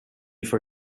for